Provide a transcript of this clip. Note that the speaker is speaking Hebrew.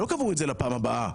לא קבעו את זה לפעם הבאה.